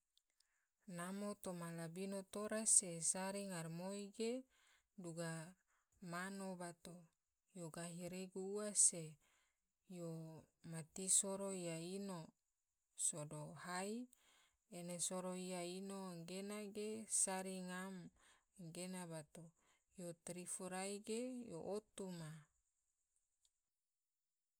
Namo toma labino tora re sari ngaramoi ge duga mano bato, yo gahi regu ua se yo mati soro iya ino sodo hai, ena soro iya ino gena ge sari ngam gena bato, yo tarifu rai ge yo otu ma'.